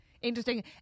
interesting